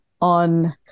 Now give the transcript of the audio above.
on